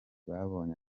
babonye